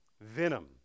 venom